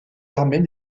armées